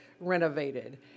renovated